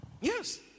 Yes